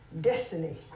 destiny